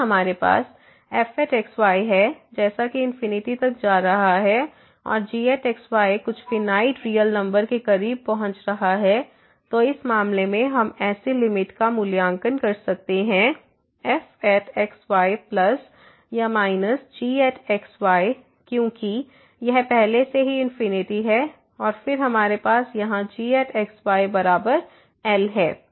यदि हमारे पास fx y है जैसा कि इनफिनिटी तक जा रहा है और gx y कुछ फिनाइट रियल नंबर के करीब पहुंच रहा है तो इस मामले में हम ऐसी लिमिट का मूल्यांकन कर सकते हैं fx y प्लस या माइनस gx y क्योंकि यह पहले से ही इनफिनिटी है और फिर हमारे पास यहाँ gx y बराबर L है